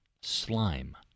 Slime